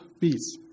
Peace